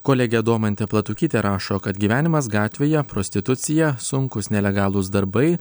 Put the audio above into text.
kolegė domantė platūkytė rašo kad gyvenimas gatvėje prostitucija sunkūs nelegalūs darbai